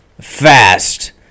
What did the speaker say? fast